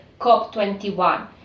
COP21